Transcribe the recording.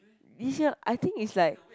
this year I think it's like